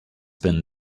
been